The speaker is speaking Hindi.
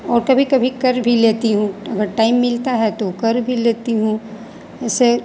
और कभी कभी कर भी लेती हूँ अगर टाइम मिलता है तो कर भी लेती हूँ इससे